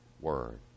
Word